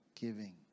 giving